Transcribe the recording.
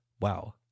Wow